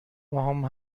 باهام